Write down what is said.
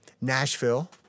Nashville